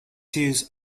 use